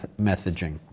messaging